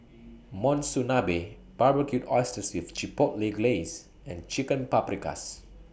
Monsunabe Barbecued Oysters with Chipotle Glaze and Chicken Paprikas